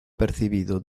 percibido